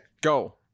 Go